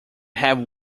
have